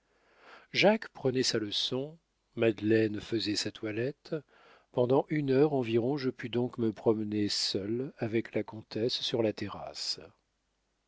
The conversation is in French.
jacques prenait sa leçon madeleine faisait sa toilette pendant une heure environ je pus donc me promener seul avec la comtesse sur la terrasse